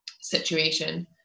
situation